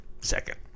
second